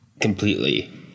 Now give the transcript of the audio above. completely